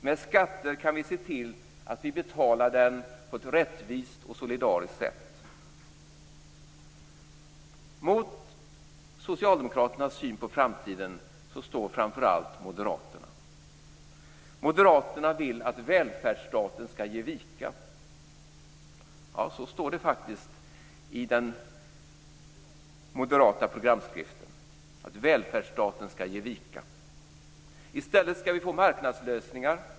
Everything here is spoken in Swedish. Med skatter kan vi se till att vi betalar för den på ett rättvist och solidariskt sätt. Mot Socialdemokraternas syn på framtiden står framför allt Moderaterna. Moderaterna vill att välfärdsstaten skall ge vika. Ja, så står det faktiskt i den moderata programskriften. "Välfärdsstaten skall ge vika." I stället skall det bli marknadslösningar.